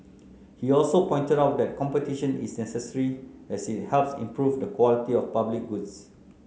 he also pointed out that competition is necessary as it helps improve the quality of public goods